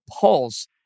Pulse